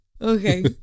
okay